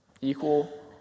equal